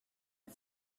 are